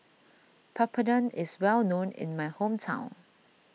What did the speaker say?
Papadum is well known in my hometown